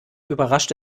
überrascht